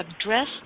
Address